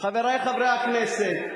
חברי חברי הכנסת,